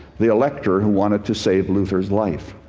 the elector, who wanted to save luther's life.